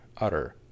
utter